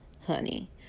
honey